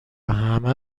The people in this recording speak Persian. همه